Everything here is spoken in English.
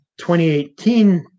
2018